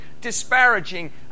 disparaging